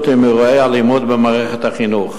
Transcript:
עם אירועי אלימות במערכת החינוך,